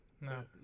No